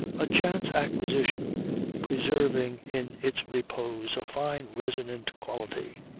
a chance acquisition preserving in its repose a fine resonant quality.